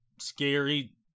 scary